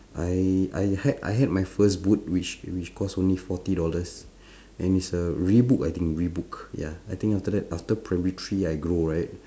I I had I had my first boot which which cost only forty dollars and it's a reebok I think reebok ya I think after that after primary three I grow right